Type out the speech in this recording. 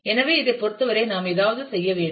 எனவே இதைப் பொறுத்தவரை நாம் ஏதாவது செய்ய வேண்டும்